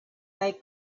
they